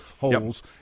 holes